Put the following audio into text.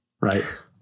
right